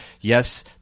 yes